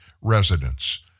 residents